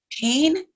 Pain